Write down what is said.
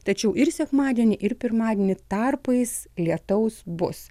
tačiau ir sekmadienį ir pirmadienį tarpais lietaus bus